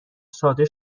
ساده